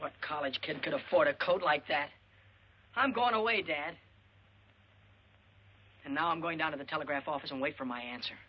what college kid can afford a cult like that i'm going away dad and now i'm going down to the telegraph office and wait for my answer